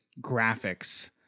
graphics